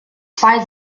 zwei